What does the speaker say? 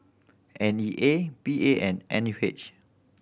N E A P A and N U H